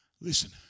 Listen